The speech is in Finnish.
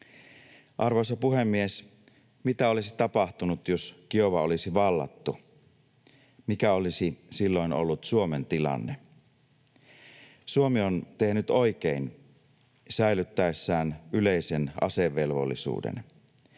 Arvoisa puhemies! Mitä olisi tapahtunut, jos Kiova olisi vallattu? Mikä olisi silloin ollut Suomen tilanne? Suomi on tehnyt oikein säilyttäessään yleisen asevelvollisuuden.